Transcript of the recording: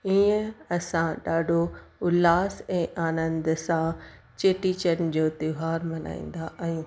ईअं असां ॾाढो उल्हास ऐं आनंद सां चेटीचंड जो त्योहारु मल्हाईंदा आहियूं